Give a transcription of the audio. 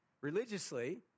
religiously